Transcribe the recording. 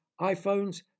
iPhones